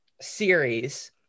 series